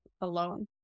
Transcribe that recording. alone